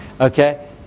Okay